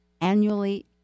annually